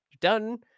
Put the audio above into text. done